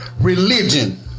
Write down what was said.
religion